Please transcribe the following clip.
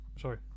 Sorry